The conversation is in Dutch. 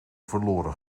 verloren